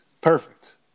perfect